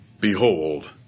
Behold